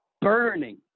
burning